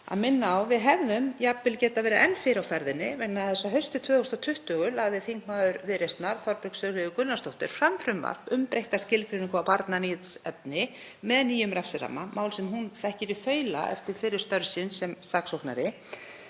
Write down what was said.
að minna á að við hefðum jafnvel getað verið enn fyrr á ferðinni vegna þess að haustið 2020 lagði þingmaður Viðreisnar, Þorbjörg Sigríður Gunnlaugsdóttir, fram frumvarp um breytta skilgreiningu á barnaníðsefni með nýjum refsiramma, mál sem hún þekkir í þaula eftir fyrri störf sín sem saksóknari.